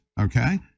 okay